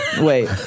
Wait